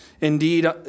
Indeed